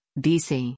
BC